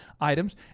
items